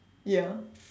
ya